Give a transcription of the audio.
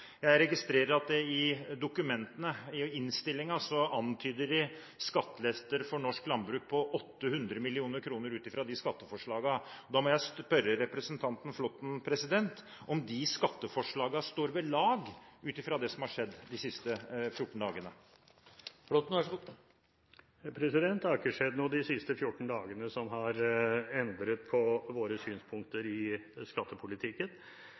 Jeg registrerer at de i dokumentene, i innstillingen, antyder skattelettelser for norsk landbruk på 800 mill. kr ut fra disse skatteforslagene. Da må jeg spørre representanten Flåtten om disse skatteforslagene står ved lag – ut fra det som har skjedd de siste 14 dagene? Det har ikke skjedd noe de siste 14 dagene som har endret på våre synspunkter i skattepolitikken.